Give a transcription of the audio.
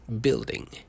building